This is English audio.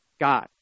God